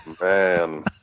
man